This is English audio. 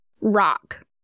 rock